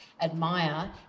admire